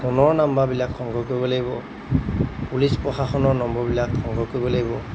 ফোনৰ নম্বৰাবিলাক সংগ্ৰহ কৰিব লাগিব পুলিচ প্ৰশাসনৰ নম্বৰবিলাক সংগ্ৰহ কৰিব লাগিব